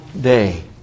day